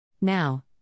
Now